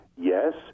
yes